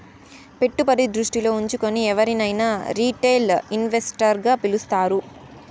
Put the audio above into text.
పెట్టుబడి దృష్టిలో ఉంచుకుని ఎవరినైనా రిటైల్ ఇన్వెస్టర్ గా పిలుస్తారు